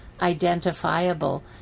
identifiable